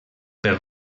per